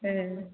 ए